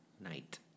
Night